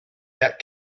that